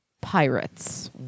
pirates